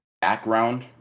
background